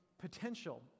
potential